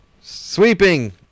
Sweeping